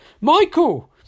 Michael